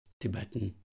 Tibetan